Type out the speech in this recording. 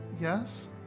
Yes